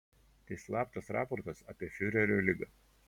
tai slaptas raportas apie fiurerio ligą